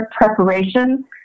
preparation